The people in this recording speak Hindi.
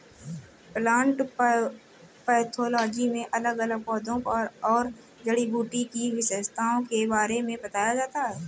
प्लांट पैथोलोजी में अलग अलग पौधों और जड़ी बूटी की विशेषताओं के बारे में बताया जाता है